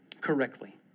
correctly